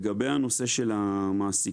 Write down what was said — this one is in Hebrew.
לגבי הנושא של המעסיקים,